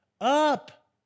Up